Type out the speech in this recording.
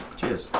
Cheers